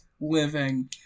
living